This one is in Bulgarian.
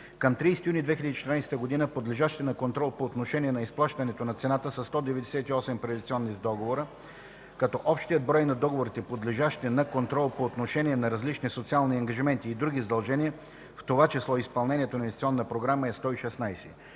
Към 30 юни 2014 г. подлежащи на контрол по отношение на изплащането на цената са 198 приватизационни договора. Общият брой на договорите, подлежащи на контрол по отношение на различни социални ангажименти и други задължения, в това число изпълнението на инвестиционни програми, е 116.